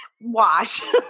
wash